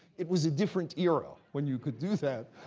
it was a different era, when you could do that,